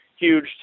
huge